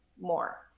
more